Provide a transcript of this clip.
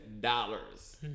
dollars